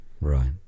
right